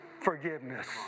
forgiveness